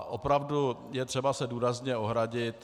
Opravdu je třeba se důrazně ohradit.